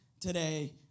today